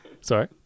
Sorry